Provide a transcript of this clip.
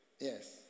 Yes